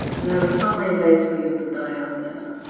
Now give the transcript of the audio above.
and there are so many ways for you to die out there.